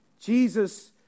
Jesus